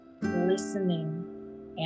listening